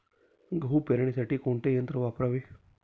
गहू पेरणीसाठी कोणते यंत्र वापरावे?